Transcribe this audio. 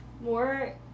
more